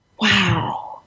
wow